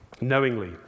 knowingly